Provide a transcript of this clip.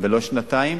ולא למשך שנתיים.